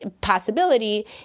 possibility